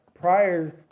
prior